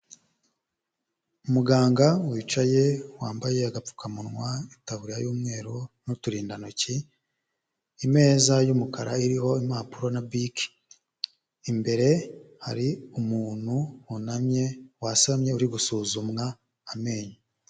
Umuganga wicaye wambaye agapfukamunwa, itaburiya y'umweru n'uturindantoki, imeza y'umukara iriho impapuro na bike, imbere hari umuntu wunamye wasamye uri gusuzumwa amenyo.